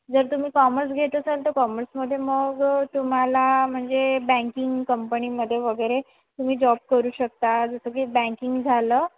जर तुम्ही कॉमर्स घेत असाल तर कॉमर्समध्ये मग तुम्हाला म्हणजे बँकिंग कंपणीमध्ये वगैरे तुम्ही जॉब करू शकता जसं की बँकिंग झालं